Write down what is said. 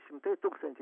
šimtai tūkstančių